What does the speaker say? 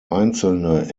einzelne